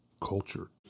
culture